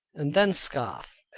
and then scoff,